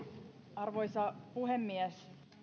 arvoisa puhemies